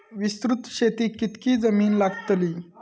विस्तृत शेतीक कितकी जमीन लागतली?